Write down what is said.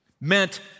meant